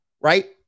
Right